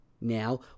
now